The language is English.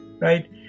right